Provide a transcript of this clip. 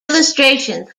illustrations